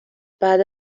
بعد